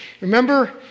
Remember